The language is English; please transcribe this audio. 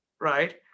right